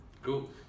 Cool